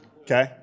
okay